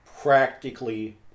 practically